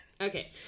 Okay